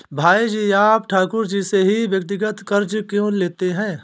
भाई जी आप ठाकुर जी से ही व्यक्तिगत कर्ज क्यों लेते हैं?